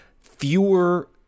fewer